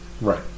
Right